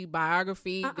biography